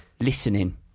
Listening